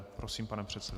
Prosím, pane předsedo.